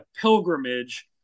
pilgrimage